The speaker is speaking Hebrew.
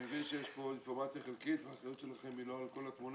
אני מבין שיש כאן אינפורמציה חלקית והאחריות שלכם היא לא על כל התמונה.